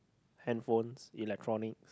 hand phones electronic